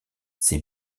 ses